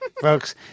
folks